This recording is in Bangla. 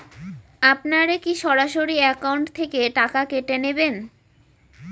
আপনারা কী সরাসরি একাউন্ট থেকে টাকা কেটে নেবেন?